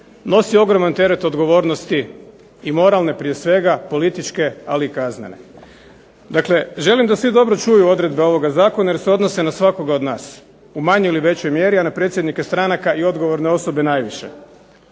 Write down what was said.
nosi ogroman teret odgovornosti i moralne prije svega političke, ali i kaznene. Dakle želim da svi dobro čuju odredbe ovoga zakona, jer se odnose na svakoga od nas, u manjoj ili većoj mjeri, a na predsjednike stranaka i odgovorne osobe najviše.